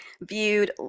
viewed